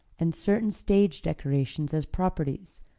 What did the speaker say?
and certain stage decorations as properties,